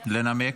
לנמק?